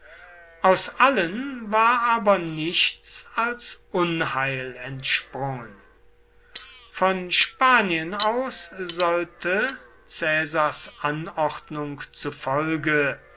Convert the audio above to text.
aus allen war aber nichts als unheil entsprungen von spanien aus sollte caesars anordnung zufolge